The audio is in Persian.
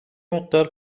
مقدار